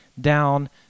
down